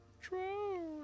True